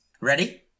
Ready